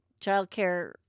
childcare